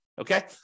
okay